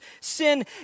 sin